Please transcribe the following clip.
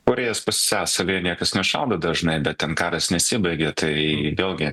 korėjos pusiasalyje niekas nešaudo dažnai bet ten karas nesibaigė tai vėlgi